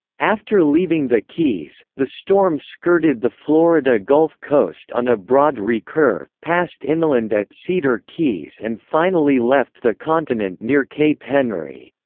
after leaving the keys, the storm skirted the florida gulf coast on a broad recurve, passed inland at cedar keys and finally left the continent near cape henry.